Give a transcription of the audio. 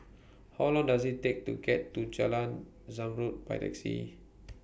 How Long Does IT Take to get to Jalan Zamrud By Taxi